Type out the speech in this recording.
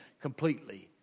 completely